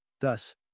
Thus